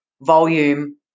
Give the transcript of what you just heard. volume